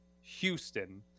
Houston